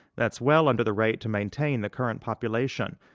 that's well under the rate to maintain the current population.